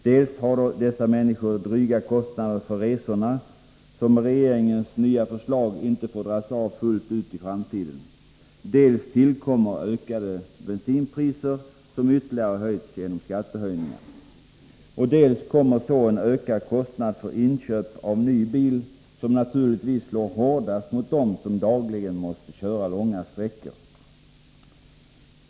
Dels har dessa människor dryga kostnader för resorna, som med regeringens nya förslag inte får dras av fullt ut i framtiden. Dels tillkommer ökade bensinpriser, som ytterligare höjs genom skattehöjningen. Och dels tillkommer en ökad kostnad för inköp av ny bil, som naturligtvis slår hårdast mot dem som dagligen måste köra långa sträckor.